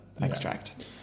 extract